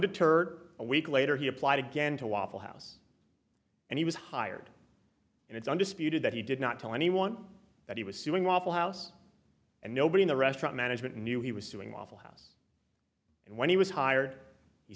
undeterred a week later he applied again to waffle house and he was hired and it's undisputed that he did not tell anyone that he was suing waffle house and nobody in a restaurant management knew he was doing awful house and when he was hired